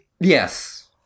Yes